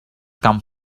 come